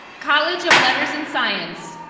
college of letters and science.